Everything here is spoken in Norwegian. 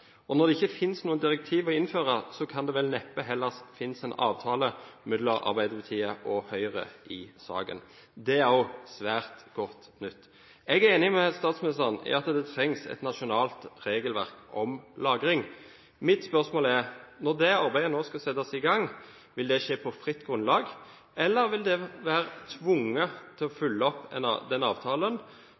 Når det ikke finnes noe direktiv å innføre, kan det vel neppe heller finnes en avtale mellom Arbeiderpartiet og Høyre i saken. Det er også svært godt nytt. Jeg er enig med statsministeren i at det trengs et nasjonalt regelverk om lagring. Mitt spørsmål er: Når det arbeidet nå skal settes i gang, vil det skje på fritt grunnlag, eller vil en være tvunget til å